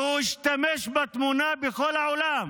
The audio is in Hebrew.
והוא השתמש בתמונה בכל העולם